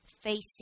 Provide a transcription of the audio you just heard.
facing